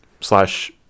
slash